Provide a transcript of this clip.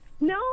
No